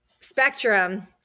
spectrum